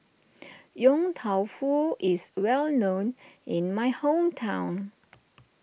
Yong Tau Foo is well known in my hometown